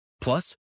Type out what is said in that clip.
Plus